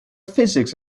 physics